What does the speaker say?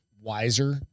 wiser